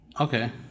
Okay